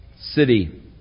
city